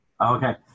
Okay